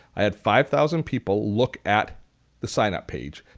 i had five thousand people look at the sign-up page.